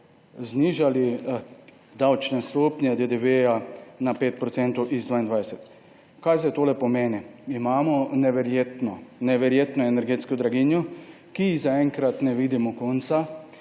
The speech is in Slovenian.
znižali davčne stopnje DDV na 5 % z 22. Kaj zdaj tole pomeni? Imamo neverjetno, neverjetno energetsko draginjo, ki ji zaenkrat ne vidimo konca.